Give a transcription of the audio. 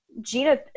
Gina